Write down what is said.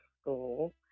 School